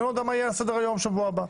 כי אני לא יודע מה יהיה על סדר-היום בשבוע הבא.